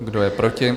Kdo je proti?